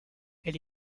elle